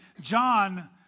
John